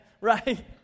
right